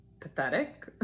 pathetic